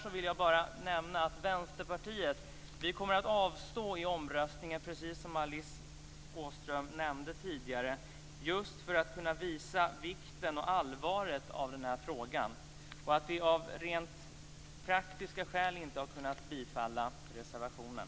Jag vill bara nämna att Vänsterpartiet kommer att avstå i omröstningen, precis som Alice Åström nämnde tidigare, just för att visa vikten och allvaret i denna fråga och för att visa att vi av rent principiella skäl inte kunnat biträda reservationen.